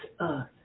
earth